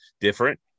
different